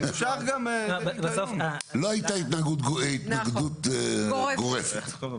לא הייתה התנגדות גורפת.